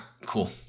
cool